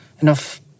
enough